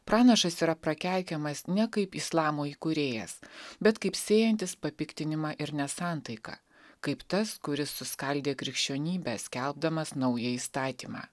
pranašas yra prakeikiamas ne kaip islamo įkūrėjas bet kaip sėjantis papiktinimą ir nesantaiką kaip tas kuris suskaldė krikščionybę skelbdamas naują įstatymą